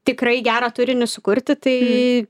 tikrai gerą turinį sukurti tai